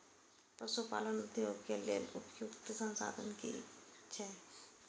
पशु पालन उद्योग के लेल उपयुक्त संसाधन की छै?